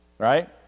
right